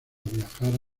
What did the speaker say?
viajar